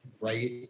Right